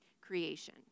creation